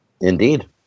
Indeed